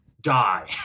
die